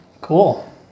Cool